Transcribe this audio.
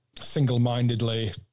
single-mindedly